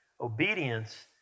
obedience